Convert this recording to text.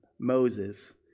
Moses